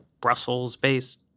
Brussels-based –